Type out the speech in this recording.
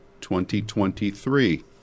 2023